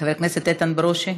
חבר הכנסת נחמן שי,